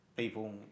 People